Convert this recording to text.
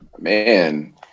man